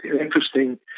interesting